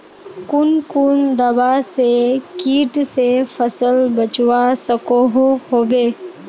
कुन कुन दवा से किट से फसल बचवा सकोहो होबे?